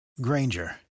Granger